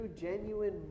genuine